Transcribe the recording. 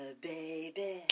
baby